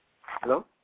Hello